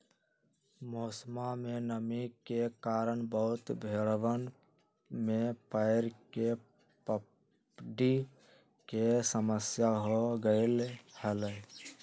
मौसमा में नमी के कारण बहुत भेड़वन में पैर के पपड़ी के समस्या हो गईले हल